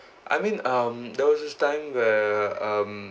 I mean um there was this time where um